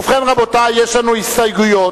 ובכן, רבותי, יש לנו הסתייגויות,